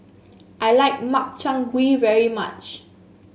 I like Makchang Gui very much